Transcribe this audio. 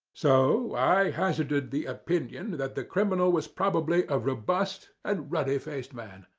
so i hazarded the opinion that the criminal was probably a robust and ruddy-faced man.